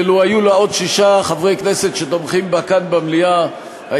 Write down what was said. ולו היו לה עוד שישה חברי כנסת שתומכים בה כאן במליאה היא